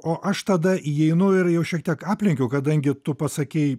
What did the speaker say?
o aš tada įeinu ir jau šiek tiek aplenkiau kadangi tu pasakei